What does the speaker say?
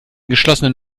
geschlossenen